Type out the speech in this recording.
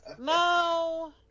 No